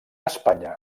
espanya